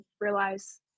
realize